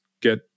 get